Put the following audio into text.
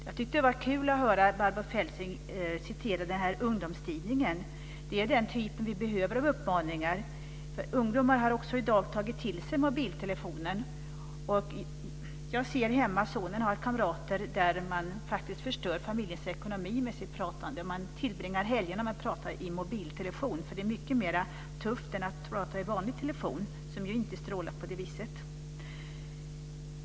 Jag tyckte att det var kul att höra Barbro Feltzing citera ungdomstidningen. Det är den typen av uppmaningar vi behöver, för ungdomar har i dag tagit till sig mobiltelefonen. Jag ser hemma att sonen har kamrater som faktiskt förstör familjens ekonomi med sitt pratande. Man tillbringar helgerna med att prata i mobiltelefon, för det är mycket tuffare än att prata i vanlig telefon, som ju inte strålar på det viset.